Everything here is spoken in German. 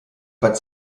bei